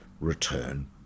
return